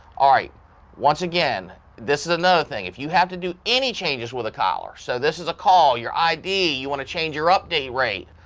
alright once again this is another thing if you have to do any changes with a collar so this is a call, your id, you want to change your update rate,